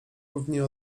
równie